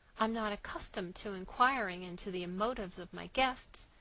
i'm not accustomed to inquiring into the motives of my guests.